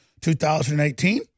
2018